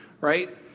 right